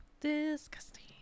Disgusting